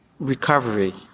recovery